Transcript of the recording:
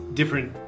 different